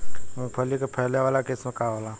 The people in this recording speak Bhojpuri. मूँगफली के फैले वाला किस्म का होला?